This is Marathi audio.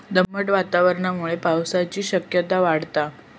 दमट वातावरणामुळे पावसाची शक्यता वाढता